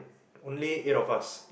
only eight of us